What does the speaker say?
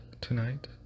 tonight